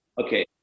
Okay